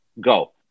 go